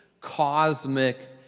cosmic